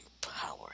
power